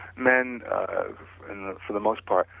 men for the most part,